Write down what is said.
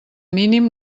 mínim